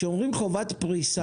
כשאומרים חובת פריסה,